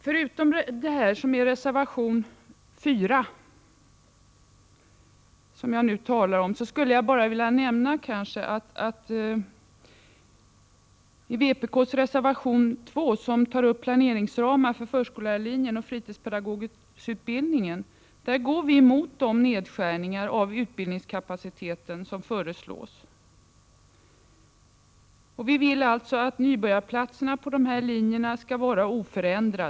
Förutom det som gäller reservation 4, som jag nu talar om, skulle jag bara vilja nämna att i vpk:s reservation 2, som tar upp planeringsramar för förskollärarlinjen och fritidspedagogutbildningen, går vi emot de nedskärningar av utbildningskapaciteten som föreslås. Vi vill alltså att antalet nybörjarplatser på dessa linjer skall vara oförändrat.